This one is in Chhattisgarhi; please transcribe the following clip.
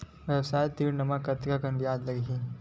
व्यवसाय ऋण म कतेकन ब्याज लगही?